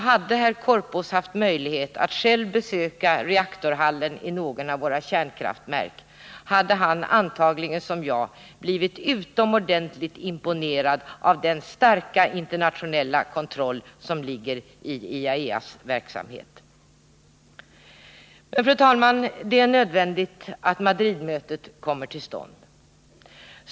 Hade herr Korpås haft möjligheter att själv besöka reaktorhallen i något av våra kärnkraftverk, skulle han antagligen i likhet med mig ha blivit utomordentligt imponerad över den starka internationella kontroll som ligger i IAEA:s verksamhet. Fru talman! Det är nödvändigt att Madridmötet kommer till stånd.